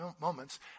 moments